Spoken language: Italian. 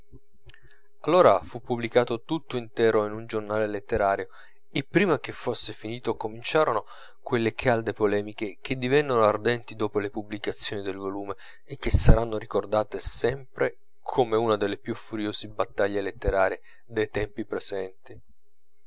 allora fu pubblicato tutto intero in un giornale letterario e prima che fosse finito cominciarono quelle calde polemiche che divennero ardenti dopo la pubblicazione del volume e che saranno ricordate sempre come una delle più furiose battaglie letterarie dei tempi presenti